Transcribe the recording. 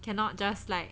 cannot just like